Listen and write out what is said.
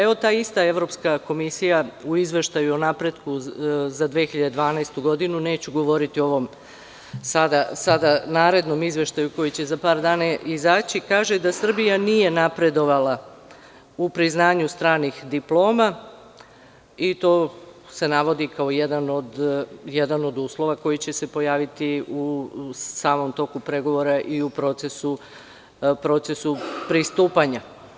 Evo, ta ista Evropska komisija u Izveštaju napretku za 2012. godinu, neću govoriti o narednom izveštaju koji će za par dana izaći, kaže da Srbija nije napredovala u priznanju stranih diploma i to se navodi kao jedan od uslova koji će se pojaviti u samom toku pregovora i u procesu pristupanja.